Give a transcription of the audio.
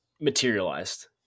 materialized